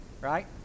right